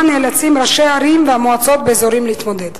נאלצים ראשי ערים ומועצות באזור להתמודד,